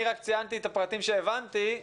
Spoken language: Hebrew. אני רק ציינתי את הפרטים שהבנתי.